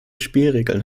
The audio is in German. spielregeln